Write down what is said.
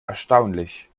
erstaunlich